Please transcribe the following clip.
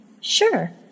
Sure